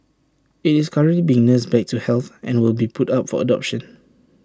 IT is currently being nursed back to health and will be put up for adoption